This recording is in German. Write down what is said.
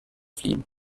fliehen